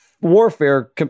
Warfare